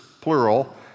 plural